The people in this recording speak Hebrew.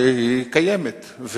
שהיא קיימת,